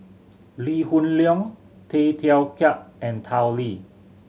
Lee Hoon Leong Tay Teow Kiat and Tao Li